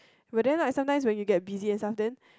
were then like sometimes when you get busy but then